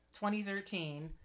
2013